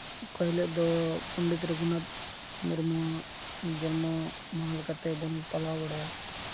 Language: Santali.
ᱚᱠᱟ ᱦᱤᱞᱚᱜ ᱫᱚ ᱯᱚᱱᱰᱤᱛ ᱨᱚᱜᱷᱩᱱᱟᱛᱷ ᱢᱩᱨᱢᱩ ᱟᱜ ᱡᱚᱱᱢᱚ ᱢᱟᱦᱟ ᱞᱮᱠᱟ ᱛᱮᱵᱚᱱ ᱯᱟᱞᱟᱣ ᱵᱟᱲᱟᱭᱟ